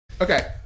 Okay